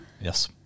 Yes